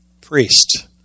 priest